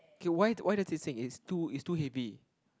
K why why does it say it's too it's too heavy